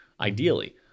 ideally